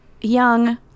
young